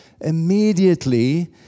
Immediately